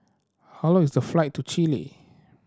how long is the flight to Chile